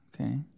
Okay